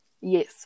Yes